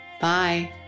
Bye